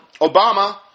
Obama